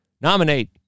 nominate